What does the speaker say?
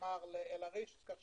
מתמר לאל עריש, כך